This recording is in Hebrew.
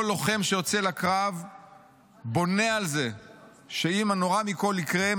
כל לוחם שיוצא לקרב בונה על זה שאם הנורא מכול יקרה,